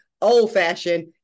old-fashioned